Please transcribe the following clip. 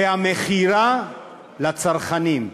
והמכירה לצרכנים,